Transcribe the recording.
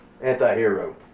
Anti-hero